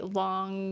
long